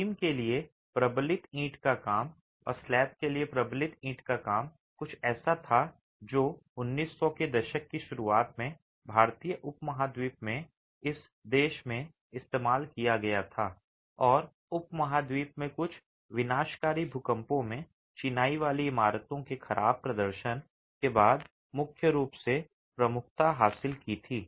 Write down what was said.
beam के लिए प्रबलित ईंट का काम और स्लैब के लिए प्रबलित ईंट का काम कुछ ऐसा था जो 1900 के दशक की शुरुआत में भारतीय उपमहाद्वीप में इस देश में इस्तेमाल किया गया था और उपमहाद्वीप में कुछ विनाशकारी भूकंपों में चिनाई वाली इमारतों के खराब प्रदर्शन के बाद मुख्य रूप से प्रमुखता हासिल की थी